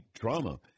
drama